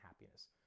happiness